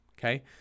Okay